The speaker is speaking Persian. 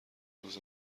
روز